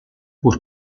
pur